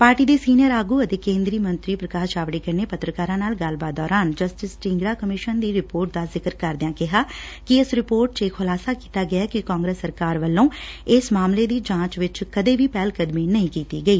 party ਦੇ senior ਆਗੁ ਅਤੇ ਕੇਦਰੀ ਮੰਤਰੀ ਪ੍ਰਕਾਸ਼ ਜਾਵਤੇਕਰ ਨੇ ਪੱਤਰਕਾਰਾ ਨਾਲ ਗੱਲਬਾਤ ਦੌਰਾਨ ਜਸਟਿਸ ਢੀਗਰਾ ਕਮਿਸ਼ਨ ਦੀ ਰਿਪੋਰਟ ਦਾ ਜ਼ਿਕਰ ਕਰਦਿਆਂ ਕਿਹਾ ਕਿ ਇਸ ਰਿਪੋਰਟ ਚ ਇਹ ਖੁਲਾਸਾ ਕੀਤਾ ਗਿਐ ਕਿ ਕਾਂਗਰਸ ਸਰਕਾਰ ਵੱਲੋ ਇਸ ਮਾਮਲੇ ਦੀ ਜਾਂਚ ਚ ਕਦੇ ਵੀ ਪਹਿਲਕਦਮੀ ਨਹੀਂ ਕੀਤੀ ਗਈ